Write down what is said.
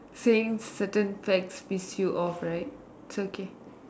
same certain facts piss you off right it's okay